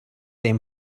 them